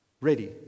Ready